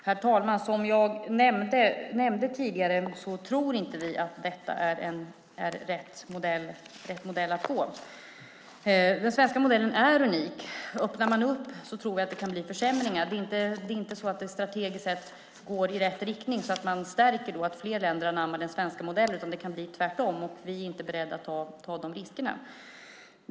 Herr talman! Som jag nämnde tidigare tror vi inte att det är rätt väg att gå. Den svenska modellen är unik. Öppnar man upp tror vi att det kan bli försämringar. Strategiskt sett går det inte i rätt riktning, så att man stärker att fler länder anammar den svenska modellen, utan det kan bli tvärtom. Vi är inte beredda att ta de riskerna.